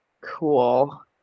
Cool